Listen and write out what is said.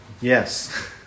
Yes